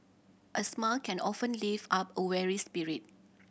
a smile can often lift up a weary spirit